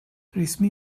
resmi